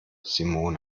simone